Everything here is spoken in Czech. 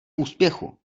úspěchu